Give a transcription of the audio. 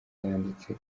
yanditse